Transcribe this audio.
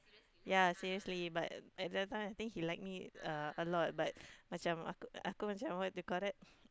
ya seriously but at that time I think he like me uh a lot but macam aku aku macam what do you call that